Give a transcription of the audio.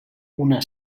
una